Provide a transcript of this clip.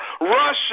Russia